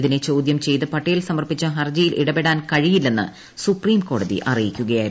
ഇതിനെ ചോദ്യം ചെയ്ത് പട്ടേൽ സമർപ്പിച്ച ഹർജിയിൽ ഇടപെടാൻ കഴിയില്ലെന്ന് സുപ്രീംകോടതി അറിയിക്കുകയായിരുന്നു